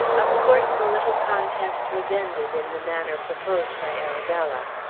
of course the little contest was ended in the manner proposed by arabella.